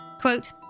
Quote